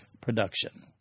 production